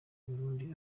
burundi